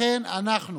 לכן אנחנו